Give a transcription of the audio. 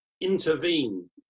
intervene